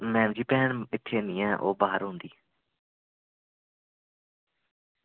ma'am ji भैन इत्थें ऐनी ऐ ओह् बाहर होंदी